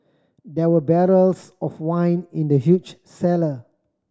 there were barrels of wine in the huge cellar